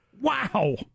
Wow